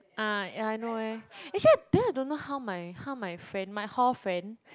ah ya I know eh actually then I don't know how my how my friend my hall friend